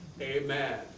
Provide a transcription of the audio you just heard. Amen